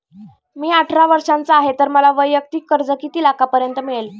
मी अठरा वर्षांचा आहे तर मला वैयक्तिक कर्ज किती लाखांपर्यंत मिळेल?